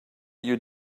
you